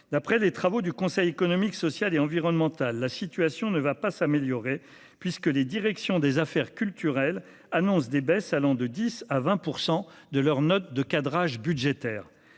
D'après les travaux du Conseil économique, social et environnemental, la situation ne va pas s'améliorer, puisque les directions des affaires culturelles annoncent, dans leurs notes de cadrage budgétaire,